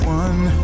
one